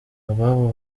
ababo